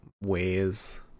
ways